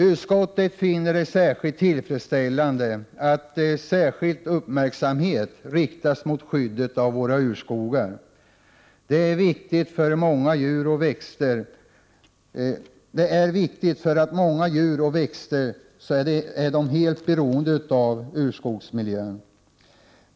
Utskottet finner det särskilt tillfredsställande att särskild uppmärksamhet riktas mot skyddet av våra urskogar. Detta är viktigt därför att många djur och växter är helt beroende av urskogsmiljön.